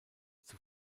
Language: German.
zur